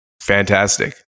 fantastic